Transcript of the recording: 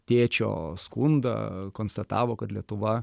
tėčio skundą konstatavo kad lietuva